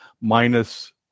minus